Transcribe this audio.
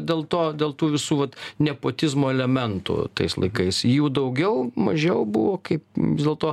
dėl to dėl tų visų vat nepotizmo elementų tais laikais jų daugiau mažiau buvo kaip vis dėlto